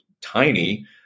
tiny